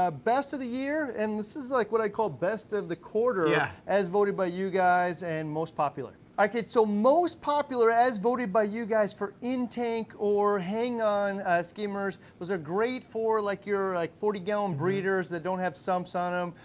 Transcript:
best of the year, and this is like what i call best of the quarter yeah as voted by you guys, and most popular. okay, so most popular, as voted by you guys for in tank or hang on skimmers, those are great for like your like forty gallon breeders that don't have sumps on em,